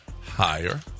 Higher